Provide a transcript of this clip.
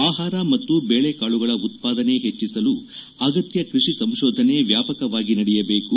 ಆಹಾರ ಮತ್ತು ಬೇಳೆಕಾಳುಗಳ ಉತ್ವಾದನೆ ಹೆಚ್ಚಿಸಲು ಅಗತ್ಯ ಕ್ಯಷಿ ಸಂಶೋಧನೆ ವ್ಯಾಪಕವಾಗಿ ನಡೆಯಬೇಕು